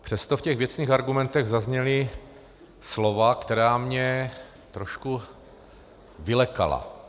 Přesto v těch věcných argumentech zazněla slova, která mě trošku vylekala.